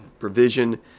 provision